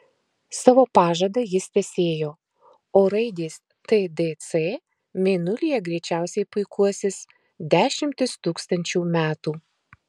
savo pažadą jis tęsėjo o raidės tdc mėnulyje greičiausiai puikuosis dešimtis tūkstančių metų